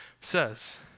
says